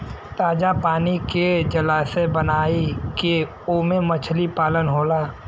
ताजा पानी के जलाशय बनाई के ओमे मछली पालन होला